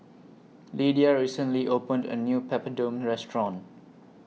Lidia recently opened A New Papadum Restaurant